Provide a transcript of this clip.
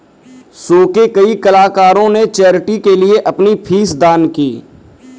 show के कई कलाकारों ने चैरिटी के लिए अपनी फीस दान की